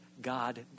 God